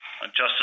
Justice